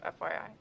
FYI